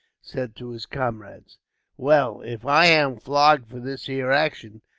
said to his comrades well, if i am flogged for this here action,